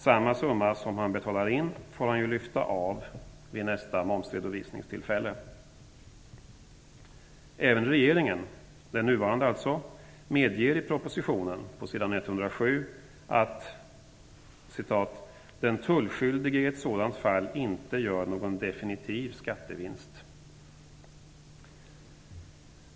Samma summa som han betalar in får han ju lyfta av vid nästa momsredovisningstillfälle. Även regeringen, den nuvarande alltså, medger i propositionen på sidan 107 att "den tullskyldige i sådant fall inte gör någon definitiv skattevinst".